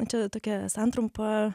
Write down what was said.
čia tokia santrumpa